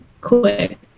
quick